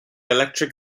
electric